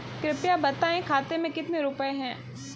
कृपया बताएं खाते में कितने रुपए हैं?